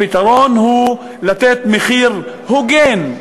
הפתרון הוא לתת מחיר הוגן,